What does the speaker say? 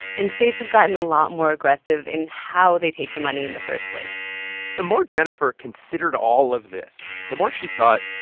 and states have gotten a lot more aggressive in how they take the money in the first place the more jennifer considered all of this, the more she thought,